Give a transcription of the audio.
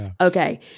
Okay